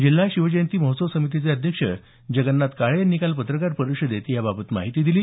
जिल्हा शिवजयंती महोत्सव समितीचे अध्यक्ष जगन्नाथ काळे यांनी काल पत्रकार परिषदेत ही माहिती दिली